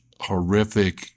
horrific